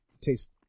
taste